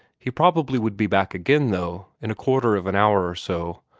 he probably would be back again, though, in a quarter of an hour or so,